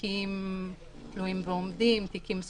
תיקים תלויים ועומדים, תיקים סגורים.